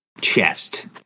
chest